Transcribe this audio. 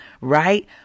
Right